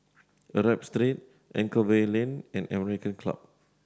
Arab Street Anchorvale Lane and American Club